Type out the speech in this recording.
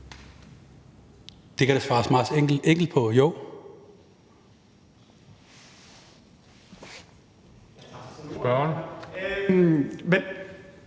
Det kan der svares meget enkelt på: Jo.